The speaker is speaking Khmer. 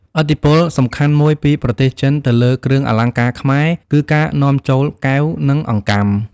ឥទ្ធិពលសំខាន់មួយពីប្រទេសចិនទៅលើគ្រឿងអលង្ការខ្មែរ គឺការនាំចូលកែវ និងអង្កាំ។